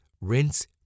Rinse